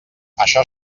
això